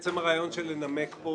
עצם הרעיון של לנמק פה